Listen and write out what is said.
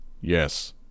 Yes